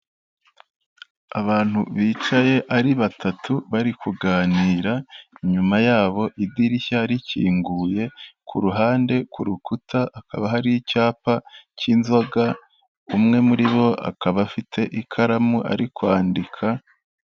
Abantu bicaye ari batatu bari kuganira, inyuma yabo idirishya rikinguye, ku ruhande ku rukuta hakaba hari icyapa cy'inzoga, umwe muri bo akaba afite ikaramu ari kwandika.